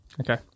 Okay